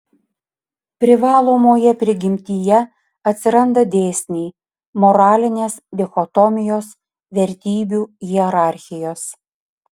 privalomoje prigimtyje atsiranda dėsniai moralinės dichotomijos vertybių hierarchijos